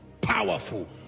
Powerful